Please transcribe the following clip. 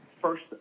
First